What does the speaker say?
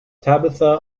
tabitha